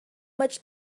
much